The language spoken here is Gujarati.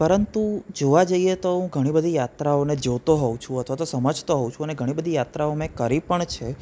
પરંતુ જોવા જઈએ તો હું ઘણી બધી યાત્રાઓને જોતો હોઉં છું અથવા તો સમજતો હોઉં છું અને ઘણી બધી યાત્રાઓ મેં કરી પણ છે